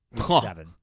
Seven